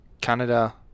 Canada